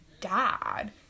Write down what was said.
dad